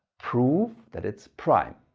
prove that it's prime.